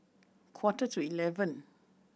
quarter to eleven